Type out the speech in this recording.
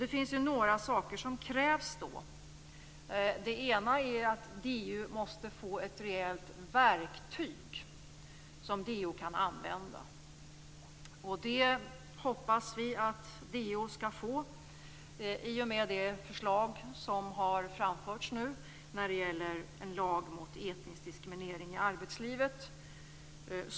Det finns några saker som krävs. Det ena är att DO måste få ett rejält verktyg som DO kan använda. Det hoppas vi att DO skall få i och med det förslag som har framförts nu när det gäller en lag mot etnisk diskriminering i arbetslivet.